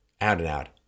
out-and-out